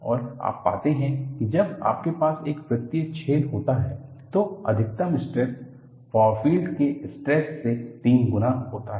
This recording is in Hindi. और आप पाते हैं कि जब आपके पास एक वृत्तीय छेद होता है तो अधिकतम स्ट्रेस फार फील्ड के स्ट्रेस से तीन गुना होता है